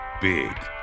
Big